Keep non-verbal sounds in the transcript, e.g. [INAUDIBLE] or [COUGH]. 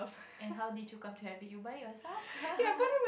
and how did you come to have it you buy it yourself [LAUGHS]